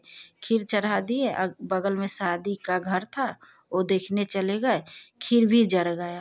खीर चढ़ा दिए और बगल में शादी का घर था वह देखने चले गए खीर भी जल गया